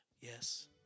yes